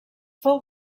fou